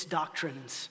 doctrines